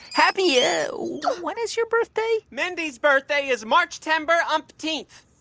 happy ah when is your birthday? mindy's birthday is marchtember umpteenth.